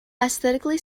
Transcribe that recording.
aesthetically